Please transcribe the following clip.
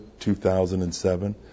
2007